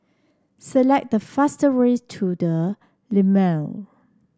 select the fastest way to the Lumiere